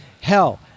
Hell